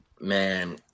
Man